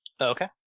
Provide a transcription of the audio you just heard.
Okay